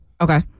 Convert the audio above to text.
Okay